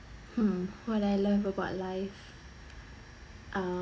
hmm what I love about life